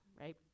right